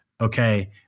okay